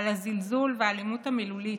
על הזלזול והאלימות המילולית,